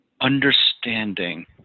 understanding